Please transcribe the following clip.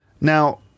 Now